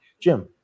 Jim